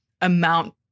amount